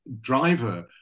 driver